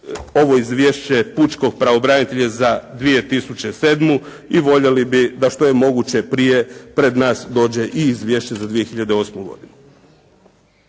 ovo izvješće pučkog pravobranitelja za 2007. i voljeli bi da što je moguće prije pred nas dođe i izvješće za 2008. godinu.